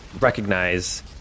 recognize